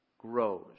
grows